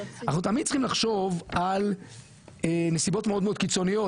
אנחנו תמיד צריכים לחשוב על נסיבות מאוד מאוד קיצוניות